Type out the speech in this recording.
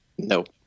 Nope